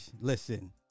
listen